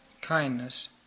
kindness